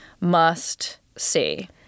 must-see